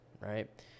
Right